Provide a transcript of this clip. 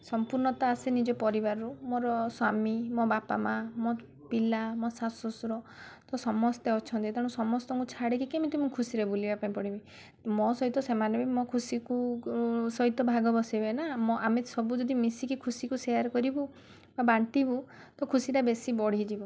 ସମ୍ପୂର୍ଣ୍ଣ ତା ଆସେ ନିଜ ପରିବାରରୁ ମୋର ସ୍ୱାମୀ ମୋର ବାପା ମା' ମୋ ପିଲା ମୋ ଶାଶୁ ଶ୍ୱଶୁର ତ ସମସ୍ତେ ଅଛନ୍ତି ତେଣୁ ତ ସମସ୍ତଙ୍କୁ ଛାଡ଼ିକି ମୁଁ କେମିତି ଖୁସିରେ ବୁଲିବାକୁ ପଳାଇବି ମୋ ସହିତ ସେମାନେ ବି ମୋ ଖୁସିକୁ ସହିତ ଭାଗ ବସାଇବେ ନା ମ ଆମେ ସବୁ ଯଦି ମିଶିକି ଖୁସିକୁ ସେୟାର୍ କରିବୁ ବା ବାଣ୍ଟିବୁ ତ ଖୁସିଟା ବେଶୀ ବଢ଼ିଯିବ